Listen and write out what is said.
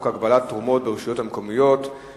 הגבלת תרומות ברשויות המקומיות (תיקוני חקיקה).